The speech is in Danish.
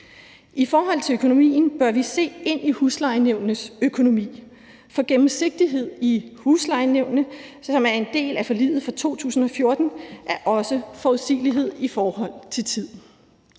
I forhold til økonomien bør vi se ind i huslejenævnenes økonomi, for gennemsigtighed i huslejenævnene, som er en del af forliget fra 2014, er også en forudsigelighed i forhold til tid.